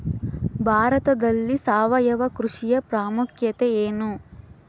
ಭಾರತದಲ್ಲಿ ಸಾವಯವ ಕೃಷಿಯ ಪ್ರಾಮುಖ್ಯತೆ ಎನು?